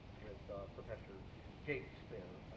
with professor gates there,